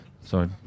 Sorry